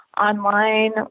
online